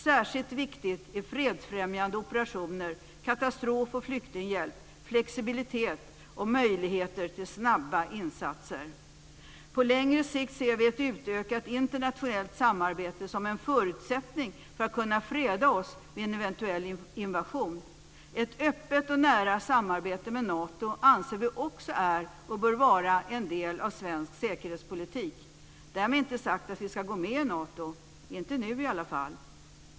Särskilt viktigt är det med fredsfrämjande operationer, katastrof och flyktinghjälp, flexibilitet och möjligheter till snabba insatser. På längre sikt ser vi ett utökat internationellt samarbete som en förutsättning för att kunna freda oss mot en eventuell invasion. Ett öppet och nära samarbete med Nato anser vi också är och bör vara en del av svensk säkerhetspolitik. Därmed inte sagt att vi ska gå med i Nato, inte nu i alla fall.